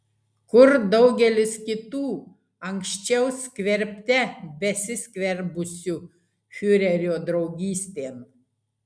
kur daugelis kitų anksčiau skverbte besiskverbusių fiurerio draugystėn